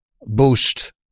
boost